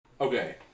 Okay